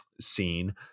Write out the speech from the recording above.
scene